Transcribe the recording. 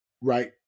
Right